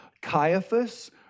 Caiaphas